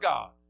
God